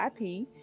IP